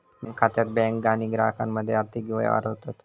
bank खात्यात bank आणि ग्राहकामध्ये आर्थिक व्यवहार होतत